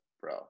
bro